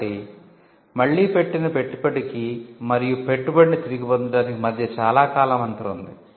కాబట్టి మళ్ళీ పెట్టిన పెట్టుబడికి మరియు పెట్టుబడిని తిరిగి పొందటానికి మధ్య చాలా కాలం అంతరం ఉంది